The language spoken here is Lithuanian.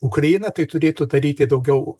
ukraina tai turėtų daryti daugiau